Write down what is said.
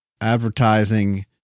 advertising